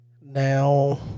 now